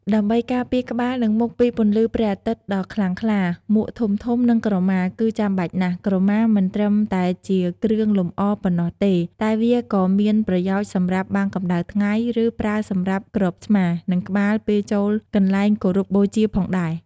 ដើម្បីការពារក្បាល និងមុខពីពន្លឺព្រះអាទិត្យដ៏ខ្លាំងក្លា មួកធំៗ និងក្រមា គឺចាំបាច់ណាស់។ ក្រមាមិនត្រឹមតែជាគ្រឿងលម្អប៉ុណ្ណោះទេ តែវាក៏មានប្រយោជន៍សម្រាប់បាំងកម្ដៅថ្ងៃ ឬប្រើសម្រាប់គ្របស្មា និងក្បាលពេលចូលកន្លែងគោរពបូជាផងដែរ។